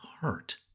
heart